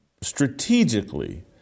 strategically